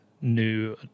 new